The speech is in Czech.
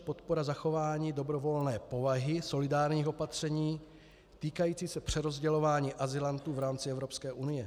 Podpora zachování dobrovolné povahy solidárních opatření týkající se přerozdělování azylantů v rámci Evropské unie.